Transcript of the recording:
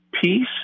peace